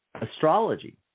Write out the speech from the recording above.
Astrology